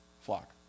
Flock